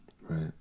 right